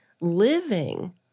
living